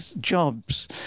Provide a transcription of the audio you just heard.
jobs